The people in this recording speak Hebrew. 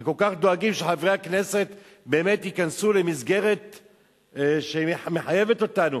וכל כך דואגים שחברי הכנסת ייכנסו למסגרת שמחייבת אותנו,